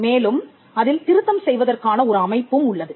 மேலும் அதில் திருத்தம் செய்வதற்கான ஒரு அமைப்பும் உள்ளது